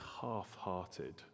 half-hearted